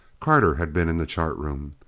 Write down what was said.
carter had been in the chart room.